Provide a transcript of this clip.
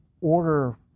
order